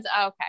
Okay